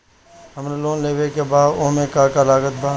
हमरा लोन लेवे के बा ओमे का का लागत बा?